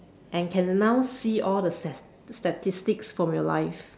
and can now see all the stats the statistics from your life